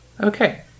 Okay